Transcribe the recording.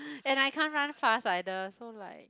and I can't run fast either so like